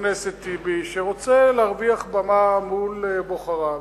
חבר הכנסת טיבי, שרוצה להרוויח במה מול בוחריו,